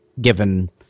given